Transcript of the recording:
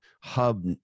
hub